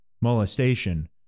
molestation